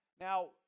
Now